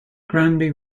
granby